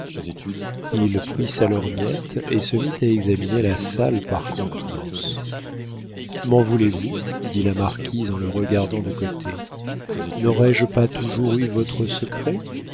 il prit sa lorgnette et se mit à examiner la salle par contenance m'en voulez-vous dit la marquise en le regardant de côté n'aurais-je pas toujours eu votre secret